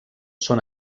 són